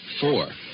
Four